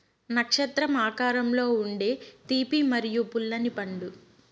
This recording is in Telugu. నక్షత్రం ఆకారంలో ఉండే తీపి మరియు పుల్లని పండు